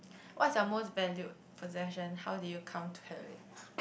what's your most valued possession how do you come to have it